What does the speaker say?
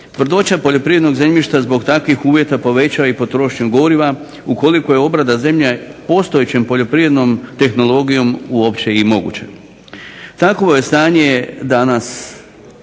Tvrdoća poljoprivrednog zemljišta zbog takvih uvjeta povećava i potrošnju goriva ukoliko je obrada zemlje postojećom poljoprivrednom tehnologijom uopće i moguće. Takvo je stanje danas.